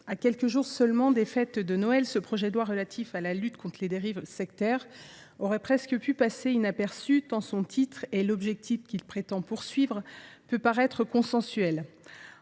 à quelques jours seulement des fêtes de Noël, ce projet de loi relatif à la lutte contre les dérives sectaires aurait presque pu passer inaperçu, tant son titre et l’objectif qu’il prétend se donner peuvent paraître consensuels.